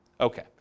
okay